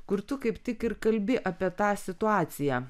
kur tu kaip tik ir kalbi apie tą situaciją